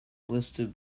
listed